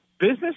business